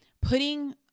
putting